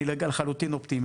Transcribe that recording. אני לחלוטין אופטימי.